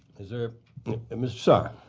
is there mr. saar?